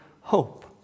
hope